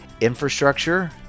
infrastructure